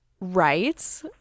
Right